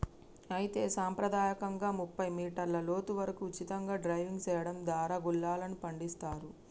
అయితే సంప్రదాయకంగా ముప్పై మీటర్ల లోతు వరకు ఉచితంగా డైవింగ్ సెయడం దారా గుల్లలను పండిస్తారు